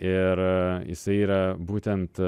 ir jisai yra būtent